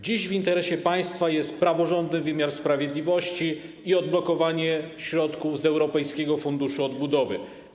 Dziś w interesie państwa jest praworządny wymiar sprawiedliwości i odblokowanie środków z Europejskiego Funduszu Odbudowy.